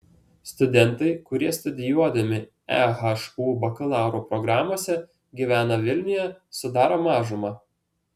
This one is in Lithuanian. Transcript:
studentai kurie studijuodami ehu bakalauro programose gyvena vilniuje sudaro mažumą